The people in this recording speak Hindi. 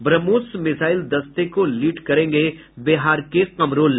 ब्रह्मोस मिसाईल दस्ते को लीड करेंगे बिहार के कमरूल